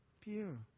pure